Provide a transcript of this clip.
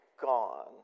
gone